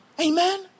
Amen